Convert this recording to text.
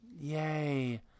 Yay